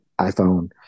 iPhone